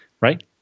right